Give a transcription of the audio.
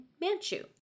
Manchu